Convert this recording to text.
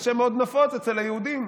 זה שם מאוד נפוץ אצל היהודים.